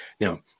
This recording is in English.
Now